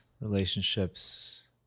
Relationships